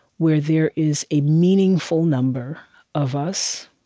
where there is a meaningful number of us